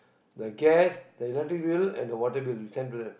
the gas the electric bill and the water bill you send to them